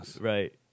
Right